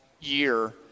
year